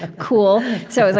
ah cool. so it's